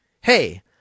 Hey